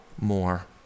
more